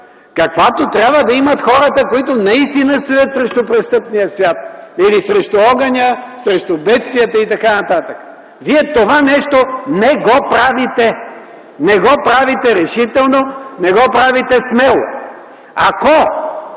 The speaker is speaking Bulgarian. каквато трябва да имат хората, които наистина стоят срещу престъпния свят или срещу огъня, срещу бедствията и т.н. Вие това нещо не го правите – не го правите решително, не го правите смело! Ако